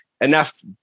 enough